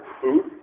food